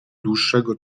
dłuższego